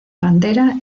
pantera